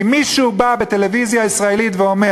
אם מישהו בא בטלוויזיה הישראלית ואומר